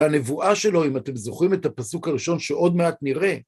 הנבואה שלו, אם אתם זוכרים את הפסוק הראשון, שעוד מעט נראה.